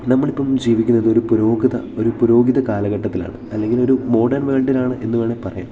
നമ്മൾ ഇപ്പം ജീവിക്കുന്നത് ഒരു പുരോഗത ഒരു പുരോഗിത കാലഘട്ടത്തിലാണ് അല്ലെങ്കിൽ ഒരു മോഡേൺ വേൾഡിലാണ് എന്ന് വേണേൽ പറയാം